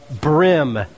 brim